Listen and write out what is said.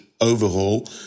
overhaul